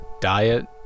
diet